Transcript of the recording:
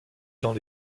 dans